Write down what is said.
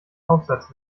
aufsatz